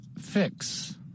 Fix